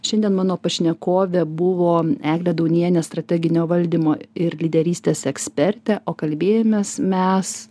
šiandien mano pašnekovė buvo eglė daunienė strateginio valdymo ir lyderystės ekspertė o kalbėjomės mes